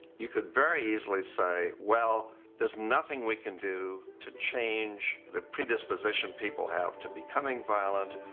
you could very easily say. well, there's nothing we can do to change the predisposition people have to becoming violent.